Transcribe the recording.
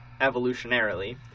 evolutionarily